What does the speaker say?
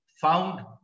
found